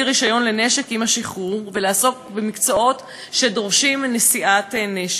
רישיון לנשק עם השחרור ולעסוק במקצועות שדורשים נשיאת נשק.